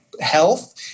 health